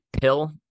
pill